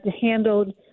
handled